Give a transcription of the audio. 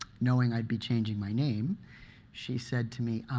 knowing i'd be changing my name she said to me,